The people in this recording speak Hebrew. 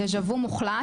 דז'ה וו מוחלט,